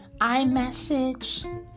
iMessage